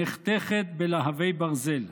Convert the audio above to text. נחתכת בלהבי ברזל.